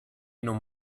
non